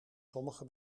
sommige